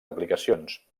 aplicacions